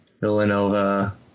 Villanova